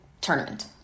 tournament